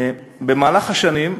במהלך השנים,